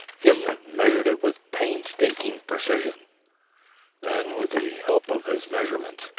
gimblet measured it with painstaking precision then with the help of his measurements,